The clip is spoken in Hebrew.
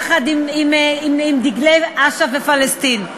יחד עם דגלי אש"ף ופלסטין.